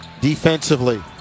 defensively